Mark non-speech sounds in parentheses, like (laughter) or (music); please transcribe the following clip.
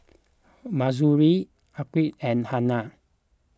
(noise) Mahsuri Atiqah and Hana